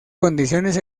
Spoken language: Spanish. condiciones